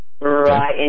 right